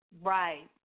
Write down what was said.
Right